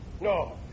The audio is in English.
No